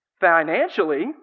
financially